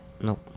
nope